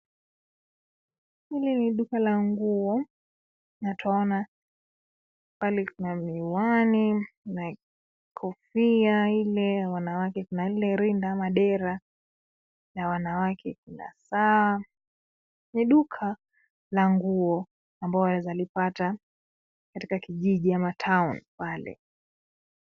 Hili ni duka la nguo na twaona pale kuna miwani, kofia ile ya wanawake, na kuna ile rinda ama dera la wanawake kuna saa. Ni duka la nguo ambayo unaezalipata katika kijiji ama town .